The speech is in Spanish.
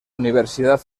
universidad